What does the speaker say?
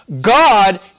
God